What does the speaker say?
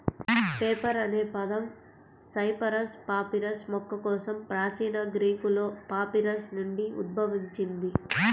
paper అనే పదం Cyperus papyrus మొక్క కోసం ప్రాచీన గ్రీకులో పాపిరస్ నుండి ఉద్భవించింది